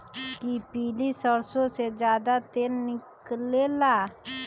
कि पीली सरसों से ज्यादा तेल निकले ला?